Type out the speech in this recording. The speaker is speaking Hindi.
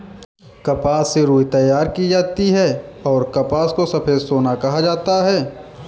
कपास से रुई तैयार की जाती हैंऔर कपास को सफेद सोना कहा जाता हैं